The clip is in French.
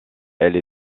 elle